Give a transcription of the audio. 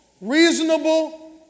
reasonable